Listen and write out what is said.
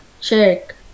check